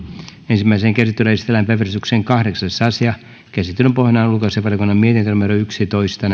ensimmäiseen käsittelyyn esitellään päiväjärjestyksen kahdeksas asia käsittelyn pohjana on ulkoasiainvaliokunnan mietintö yksitoista